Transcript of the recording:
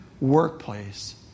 workplace